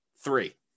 three